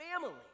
family